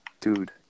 Dude